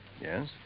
Yes